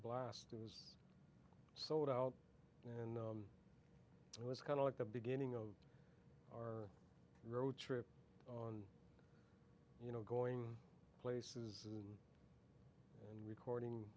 blast it was sold out and it was kind of like the beginning of our road trip on you know going places and recording